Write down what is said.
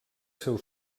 seu